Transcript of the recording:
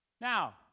Now